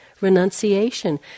renunciation